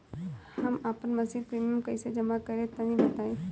हम आपन मसिक प्रिमियम कइसे जमा करि तनि बताईं?